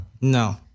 No